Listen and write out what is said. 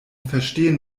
verstehen